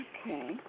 Okay